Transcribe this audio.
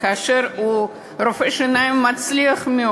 כשאני פותח בתקשורת ואני רואה: הסרדינים במספרים,